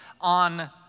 on